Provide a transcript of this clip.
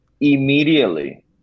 Immediately